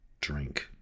drink